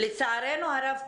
לצערנו הרב,